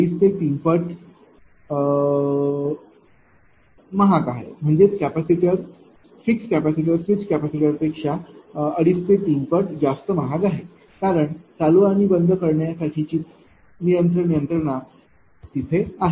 5 ते 3 पट जास्त महाग आहे कारण चालू आणि बंद करण्यासाठीची नियंत्रण यंत्रणा तेथे आहे